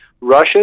Russia